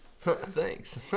Thanks